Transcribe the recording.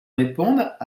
répandent